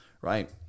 right